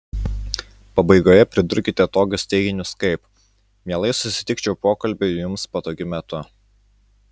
pabaigoje pridurkite tokius teiginius kaip mielai susitikčiau pokalbiui jums patogiu metu